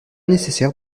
nécessaire